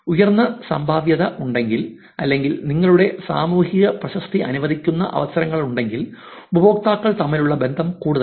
ഉയർന്ന സംഭാവ്യത ഉണ്ടെങ്കിൽ അല്ലെങ്കിൽ നിങ്ങളുടെ സാമൂഹിക പ്രശസ്തി അനുവദിക്കുന്ന അവസരങ്ങളുണ്ടെങ്കിൽ ഉപയോക്താക്കൾ തമ്മിലുള്ള ബന്ധം കൂടുതലാണ്